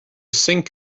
sink